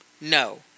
no